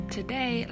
Today